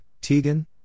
Tegan